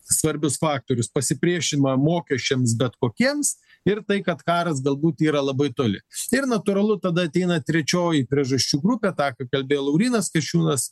svarbius faktorius pasipriešinimą mokesčiams bet kokiems ir tai kad karas galbūt yra labai toli ir natūralu tada ateina trečioji priežasčių grupė tą ką kalbėjo laurynas kasčiūnas